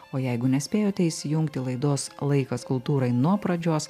o jeigu nespėjote įsijungti laidos laikas kultūrai nuo pradžios